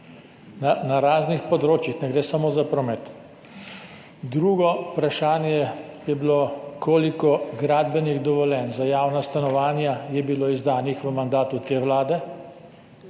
na raznih področjih, ne gre samo za promet. Drugo vprašanje je bilo: Koliko gradbenih dovoljenj za javna stanovanja je bilo izdanih v mandatu te vlade?